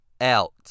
out